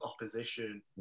opposition